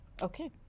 Okay